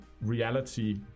reality